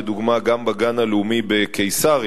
לדוגמה גם בגן הלאומי בקיסריה,